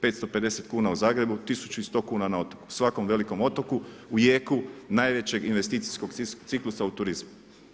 550 kuna u Zagrebu, 1100 kuna na otoku, svakom velikom otoku u jeku najvećeg investicijskog ciklusa u turizmu.